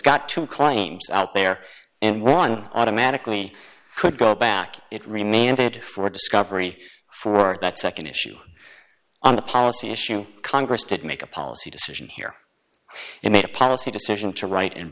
got to claims out there and one automatically could go back it remembered for discovery for that nd issue on the policy issue congress did make a policy decision here it made a policy decision to write in